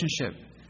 relationship